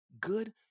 good